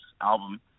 album